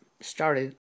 started